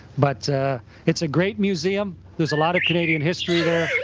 but it's a great museum. there's a lot of canadian history there.